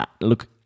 Look